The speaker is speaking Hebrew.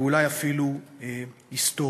ואולי אפילו היסטורי.